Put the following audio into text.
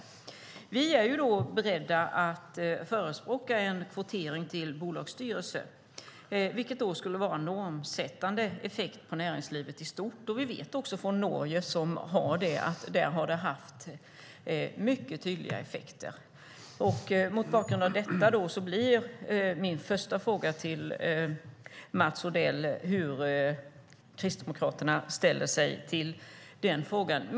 Socialdemokraterna är beredda att förespråka en kvotering till bolagsstyrelser, vilket skulle ge en normsättande effekt på näringslivet i stort. Vi vet från Norge, där man har kvotering, att den har haft mycket tydliga effekter. Mot bakgrund av detta undrar jag hur Kristdemokraterna ställer sig till den frågan, Mats Odell.